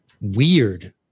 weird